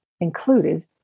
included